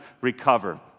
recover